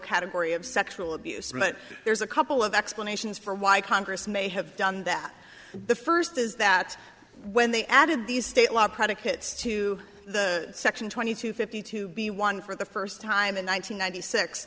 category of sexual abuse but there's a couple of explanations for why congress may have done that the first is that when they added these state law predicates to the section twenty two fifty two b one for the first time in